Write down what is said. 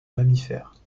mammifères